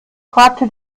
fragte